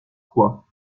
quoi